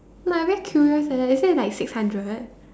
but I very curious eh is it like six hundred